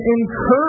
encourage